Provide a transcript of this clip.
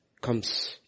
comes